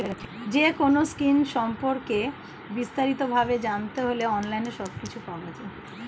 যেকোনো স্কিম সম্পর্কে বিস্তারিত ভাবে জানতে হলে অনলাইনে সবকিছু পাওয়া যায়